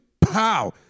pow